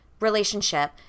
relationship